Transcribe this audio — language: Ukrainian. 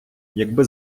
якби